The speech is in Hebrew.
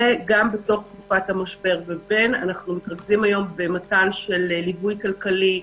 וגם בתוך תקופת המשבר אנחנו מתרכזים במתן ליווי כלכלי,